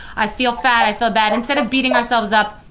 i feel fat, i feel bad. instead of beating ourselves up,